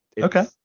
okay